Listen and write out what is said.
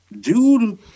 dude